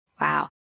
Wow